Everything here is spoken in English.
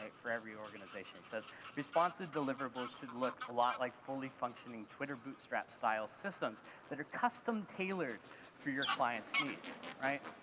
for every organization. he says responsible deliverables should look a lot like fully functioning twitter bootstrap style systems that are custom tailored for your clients' needs, right,